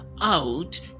out